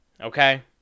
okay